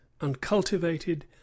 uncultivated